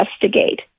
investigate